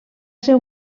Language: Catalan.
ser